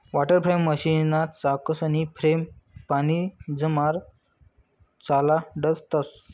water frame मशीनना चाकसनी frame पानीमझार चालाडतंस